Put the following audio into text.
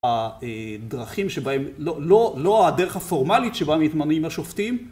הדרכים שבהם לא הדרך הפורמלית שבה מתמנים השופטים